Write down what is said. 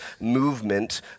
movement